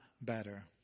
better